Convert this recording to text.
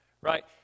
right